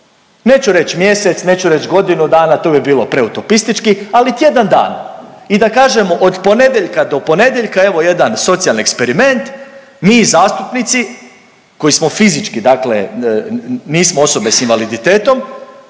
neću reći mjesec, neću reći godinu dana, to bi bilo preutopistički ali tjedan dana. I da kažemo od ponedjeljka do ponedjeljka evo jedan socijalni eksperiment mi zastupnici koji smo fizički, dakle nismo osobe sa invaliditetom